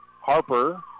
Harper